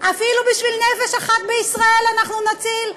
אפילו בשביל נפש אחת בישראל שאנחנו נציל?